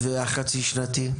והחצי שנתי?